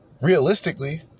Realistically